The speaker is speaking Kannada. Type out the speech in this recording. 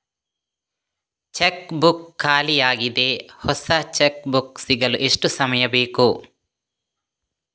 ಚೆಕ್ ಬುಕ್ ಖಾಲಿ ಯಾಗಿದೆ, ಹೊಸ ಚೆಕ್ ಬುಕ್ ಸಿಗಲು ಎಷ್ಟು ಸಮಯ ಬೇಕು?